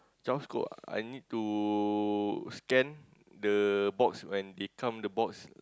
job scope ah I need to scan the box when they come the box like